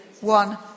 one